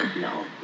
no